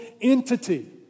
entity